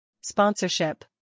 Sponsorship